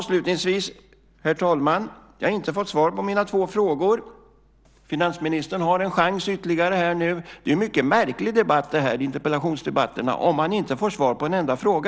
Avslutningsvis kan jag säga att jag inte har fått svar på mina två frågor. Finansministern har en chans ytterligare. Interpellationsdebatterna är mycket märkliga debatter om man inte får svar på en enda fråga.